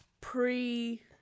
pre